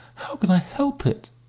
how can i help it?